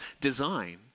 design